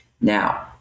Now